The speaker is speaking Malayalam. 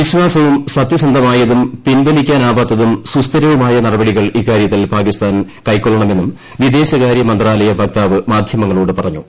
വിശ്വാസവും സത്യസന്ധമായതും ഇന്ത്യ പിൻവലിക്കാനാവാത്തതും സുസ്ഥിരവുമായ നടപടികൾ ഇക്കാര്യത്തിൽ പാകിസ്ഥാൻ കൈക്കൊള്ളണമെന്നും വിദേശകാര്യ മന്ത്രാലയ വക്താവ് മാധ്യമങ്ങളോട് പറഞ്ഞു